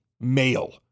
male